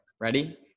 Ready